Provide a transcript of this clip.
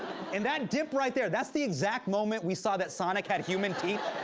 and that dip right there, that's the exact moment we saw that sonic had human teeth.